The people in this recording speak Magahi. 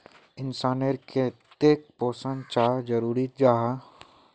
इंसान नेर केते पोषण चाँ जरूरी जाहा?